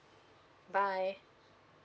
bye